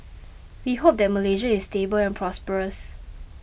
we hope that Malaysia is stable and prosperous